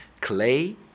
clay